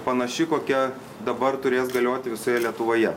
panaši kokia dabar turės galioti visoje lietuvoje